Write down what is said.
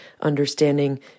understanding